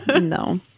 No